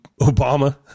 Obama